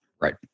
Right